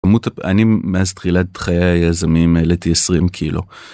עמות אני מאז תחילת חיי היזמים העליתי 20 קילו.